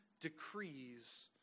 decrees